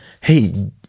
hey